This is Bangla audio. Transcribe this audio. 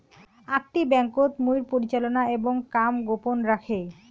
আকটি ব্যাংকোত মুইর পরিচালনা এবং কাম গোপন রাখে